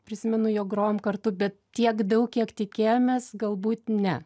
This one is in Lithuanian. prisimenu jog grojom kartu bet tiek daug kiek tikėjomės galbūt ne